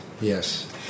Yes